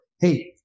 Hey